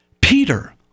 Peter